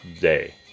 day